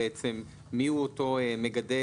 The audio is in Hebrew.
כי האוצר בעצם מסב את זה לדור